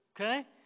okay